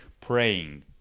praying